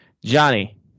Johnny